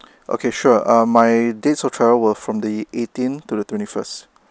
okay sure um my dates of travel were from the eighteen to the twenty first